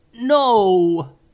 No